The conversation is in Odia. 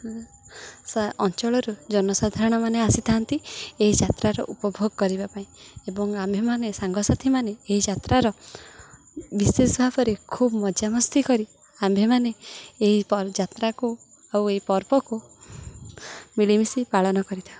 ଅଞ୍ଚଳରୁ ଜନସାଧାରଣମାନେ ଆସିଥାନ୍ତି ଏହି ଯାତ୍ରାର ଉପଭୋଗ କରିବା ପାଇଁ ଏବଂ ଆମ୍ଭେମାନେ ସାଙ୍ଗସାଥିମାନେ ଏହି ଯାତ୍ରାର ବିଶେଷ ଭାବରେ ଖୁବ୍ ମଜାମସ୍ତି କରି ଆମ୍ଭେମାନେ ଏହି ଯାତ୍ରାକୁ ଆଉ ଏହି ପର୍ବକୁ ମିଳିମିଶି ପାଳନ କରିଥାଉ